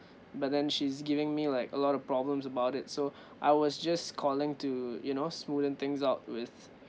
but then she's giving me like a lot of problems about it so I was just calling to you know smoothen things out with